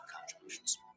contributions